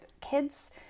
kids